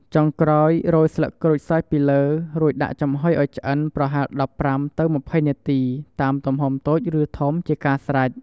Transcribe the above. ចុងក្រោយរោយស្លឹកក្រូចសើចពីលើ រួចដាក់ចំហុយឲ្យឆ្អិន ប្រហែល១៥ ទៅ២០នាទី តាមទំហំតូចឬធំ ជាការស្រេច។